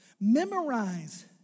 Memorize